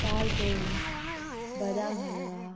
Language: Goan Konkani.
पाल पोळी बदाम हलवा